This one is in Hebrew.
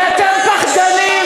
כי אתם פחדנים,